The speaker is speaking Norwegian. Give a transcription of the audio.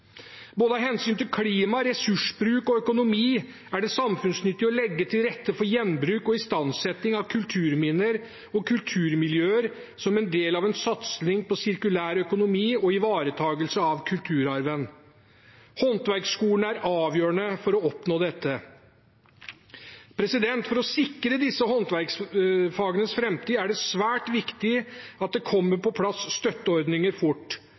Både av hensyn til klima, ressursbruk og økonomi er det samfunnsnyttig å legge til rette for gjenbruk og istandsetting av kulturminner og kulturmiljøer som en del av en satsing på sirkulær økonomi og ivaretakelse av kulturarven. Håndverksskolene er avgjørende for å oppnå dette. For å sikre disse håndverksfagenes framtid er det svært viktig at det kommer på plass støtteordninger fort.